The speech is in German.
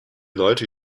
leute